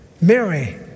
Mary